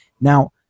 Now